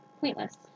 pointless